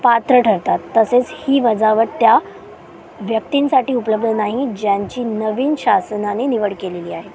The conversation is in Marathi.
पात्र ठरतात तसेच ही वजावट त्या व्यक्तींसाटी उपलब्ध नाही ज्यांची नवीन शासनाने निवड केलेली आहे